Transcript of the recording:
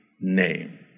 name